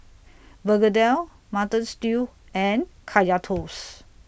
Begedil Mutton Stew and Kaya Toast